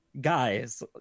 guys